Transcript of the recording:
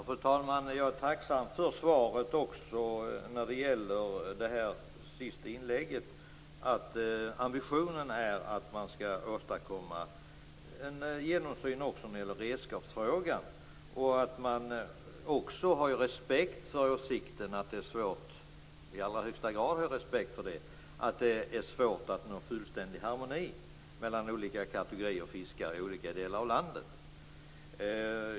Fru talman! Jag är tacksam för svaret, även i det senaste inlägget, att ambitionen är att åstadkomma en genomsyn också när det gäller redskapsfrågan. Jag har i allra högsta grad respekt för åsikten att det är svårt att nå fullständig harmoni mellan olika kategorier av fiskare och olika delar av landet.